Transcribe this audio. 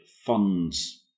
funds